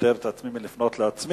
ופוטר את עצמי מלפנות לעצמי,